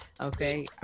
Okay